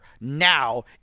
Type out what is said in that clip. now